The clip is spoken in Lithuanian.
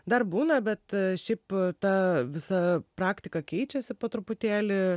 dar būna bet šiaip ta visa praktika keičiasi po truputėlį